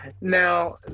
Now